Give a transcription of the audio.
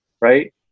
Right